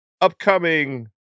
upcoming